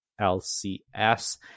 LCS